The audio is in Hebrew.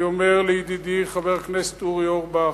אני אומר לידידי חבר הכנסת אורי אורבך,